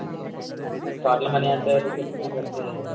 total money ఎంత అవుతుంది చెప్తే దాన్ని బట్టి